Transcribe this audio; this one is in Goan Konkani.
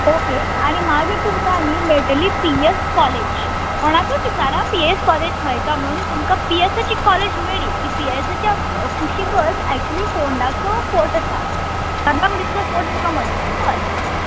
ओके आनी मागीर तुमकां न्ही मेळटली पी वी यस कॉलेज कोणाकय विचारा पी ए एस कॉलेज खंय का म्हणून तुमकां पीएसाची कॉलेज मेळी की पिएसाच्या कुशीकच एक्चली पोंडाचो फोट आसा फार्मागुडीचो फोट जाका म्हणटा तो आसा